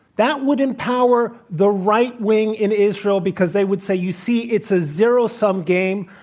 that would empower the right wing in israel because they would say, you see? it's a zero-sum game.